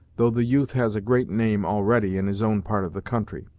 though the youth has a great name, already, in his own part of the country.